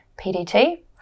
PDT